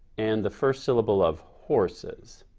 and the first syllable of horses.